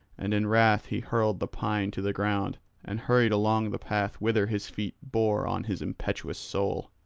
and in wrath he hurled the pine to the ground and hurried along the path whither his feet bore on his impetuous soul.